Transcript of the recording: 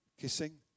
Kissing